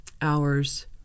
hours